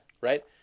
right